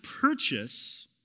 purchase